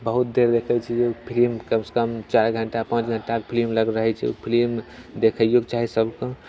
बहुत देर देखैत छियै जे फिलिम कम से कम चारि घंटा पाँच घंटाके फिलिम रहैत छै ओ फिलिम देखैयोके चाही सबकऽ